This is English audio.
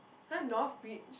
!huh! north bridge